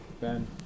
Ben